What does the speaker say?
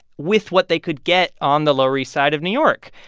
with what they could get on the lower east side of new york.